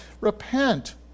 repent